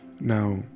Now